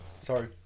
Sorry